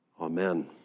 Amen